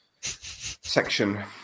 section